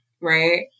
Right